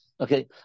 Okay